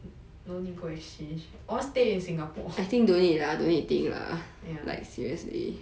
no need go exchange all stay in singapore ya